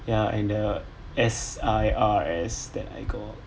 ya and the S_I_R_S that I got